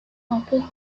complete